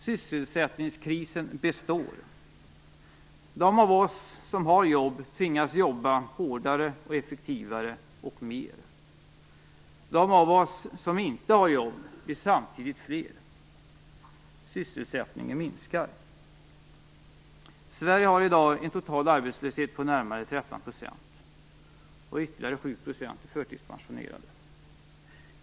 Sysselsättningskrisen består. De av oss som har jobb tvingas jobba hårdare och effektivare och mer. De av oss som inte har jobb blir samtidigt fler. Sysselsättningen minskar. Sverige har i dag en total arbetslöshet på närmare 13 %, och ytterligare 7 % är förtidspensionerade.